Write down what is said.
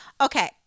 Okay